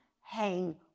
hang